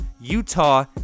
Utah